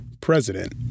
President